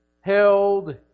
held